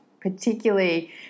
particularly